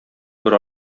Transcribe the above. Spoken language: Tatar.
бер